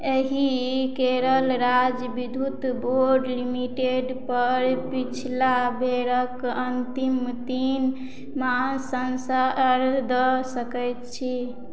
एहि केरल राज्य विद्युत बोर्ड लिमिटेडपर पिछला बेरक अन्तिम तीन मास सँ आयल दऽ सकैत छी